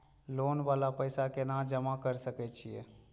Loan वाला पैसा केना जमा कर सके छीये?